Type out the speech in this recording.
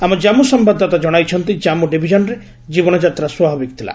ଆମ ଜାନ୍ମୁ ସମ୍ଭାଦଦାତା ଜଣାଇଛନ୍ତି ଜାମ୍ମୁ ଡିଭିଜନ୍ରେ ଜୀବନଯାତ୍ରା ସ୍ୱାଭାବିକ ଥିଲା